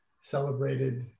celebrated